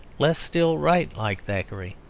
less still write like thackeray,